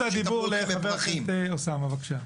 רשות הדיבור לחבר הכנסת אוסאמה סעדי, בבקשה.